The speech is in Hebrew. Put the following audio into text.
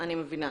אני מבינה.